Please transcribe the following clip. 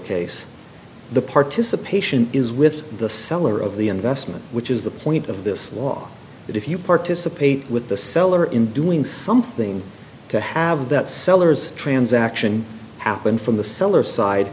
case the participation is with the seller of the investment which is the point of this law that if you participate with the seller in doing something to have that seller's transaction happen from the seller side